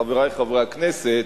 חברי חברי הכנסת,